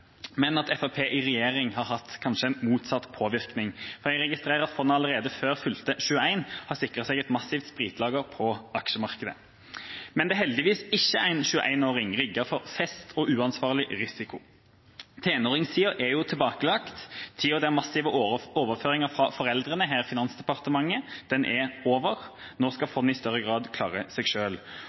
men at Fremskrittspartiet i regjering har hatt kanskje motsatt påvirkning. Jeg registrerer at fondet allerede før fylte 21 år har sikret seg et massivt spritlager på aksjemarkedet. Men det er heldigvis ikke en 21-åring rigget for fest og uansvarlig risiko. Tenåringstida er tilbakelagt. Tida for massive overføringer fra foreldrene – her Finansdepartementet – er over. Nå skal fondet i større grad klare seg